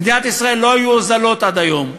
במדינת ישראל לא היו הוזלות עד היום.